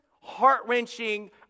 heart-wrenching